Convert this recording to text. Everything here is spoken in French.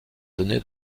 donné